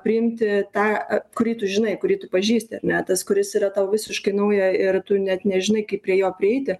priimti tą a kurį tu žinai kurį tu pažįsti ar ne tas kuris yra tau visiškai nauja ir tu net nežinai kaip prie jo prieiti